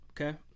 Okay